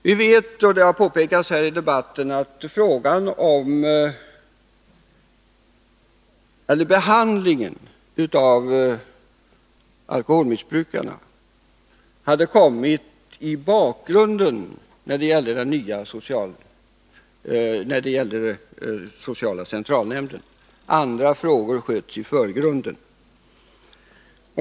Vi vet att — och det har påpekats här i debatten — frågan om behandlingen i sociala centralnämnden av alkoholmissbrukarna hade kommit i bakgrunden och att andra frågor hade skjutits i förgrunden.